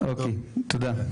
תודה.